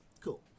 cool